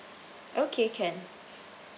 okay can